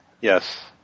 Yes